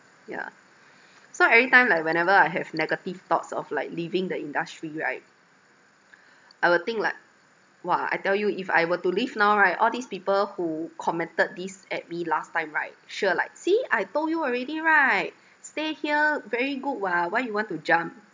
yeah so every time like whenever I have negative thoughts of like leaving the industry right I will think like !wah! I tell you if I were to leave now right all these people who commented this at me last time right sure like see I told you already right stay here very good !wah! why you want to jump